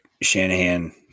Shanahan